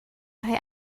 rhoi